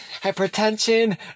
hypertension